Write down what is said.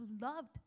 loved